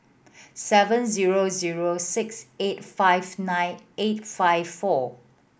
seven zero zero six eight five nine eight five four